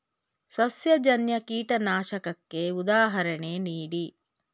ಸಸ್ಯಜನ್ಯ ಕೀಟನಾಶಕಕ್ಕೆ ಉದಾಹರಣೆ ನೀಡಿ?